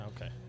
Okay